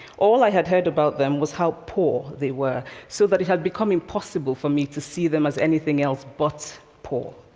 all i had heard about them was how poor they were, so that it had become impossible for me to see them as anything else but poor.